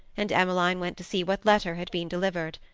and emmeline went to see what letter had been delivered.